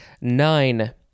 Nine